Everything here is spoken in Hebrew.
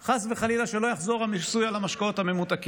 חס וחלילה שלא יחזור המיסוי על המשקאות הממותקים.